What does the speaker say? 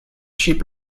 sheep